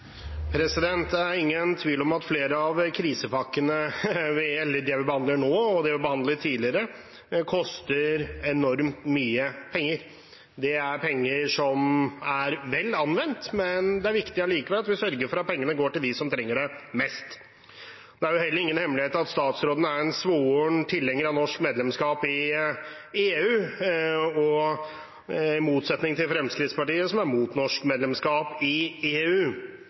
ingen tvil om at flere av krisepakkene – det vi behandler nå, og det vi behandlet tidligere – koster enormt mye penger. Det er penger som er vel anvendt, men det er likevel viktig at vi sørger for at pengene går til dem som trenger det mest. Det er jo heller ingen hemmelighet at statsråden er en svoren tilhenger av norsk medlemskap i EU, i motsetning til Fremskrittspartiet, som er mot norsk medlemskap i EU.